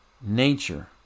nature